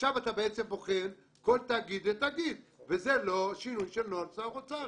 עכשיו אתה בעצם בוחן כל תאגיד ותאגיד וזה לא שינוי של נוהל שר אוצר,